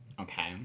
Okay